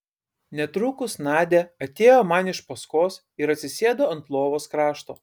netrukus nadia atėjo man iš paskos ir atsisėdo ant lovos krašto